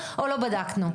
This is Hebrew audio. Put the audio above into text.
בדקנו או לא בדקנו.